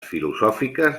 filosòfiques